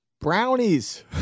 Brownies